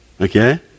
Okay